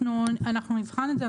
אנחנו נבחן את זה,